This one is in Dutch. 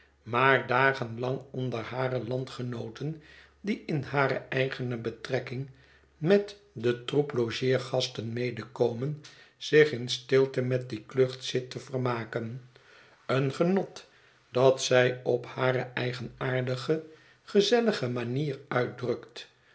maar dagen lang onder hare landgenooten die in hare eigene betrekking met den troep logeergasten medekomen zich in stilte met die klucht zit te vermaken een genot dat zij op hare eigenaardige gezellige manier uitdrukt